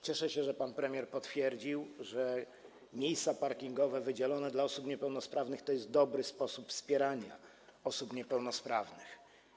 Cieszę się, że pan premier potwierdził, że miejsca parkingowe wydzielone dla osób niepełnosprawnych to jest dobry sposób wspierania osób niepełnosprawnych.